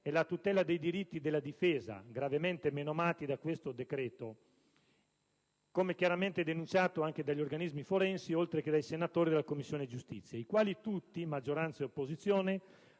e la tutela dei diritti della difesa, gravemente menomati da questo decreto, come denunciato chiaramente anche dagli organismi forensi, oltre che dai senatori della Commissione giustizia, i quali tutti - maggioranza e opposizione